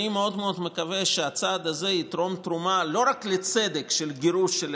אני מאוד מאוד מקווה שהצעד הזה יתרום תרומה לא רק לצדק של גירוש,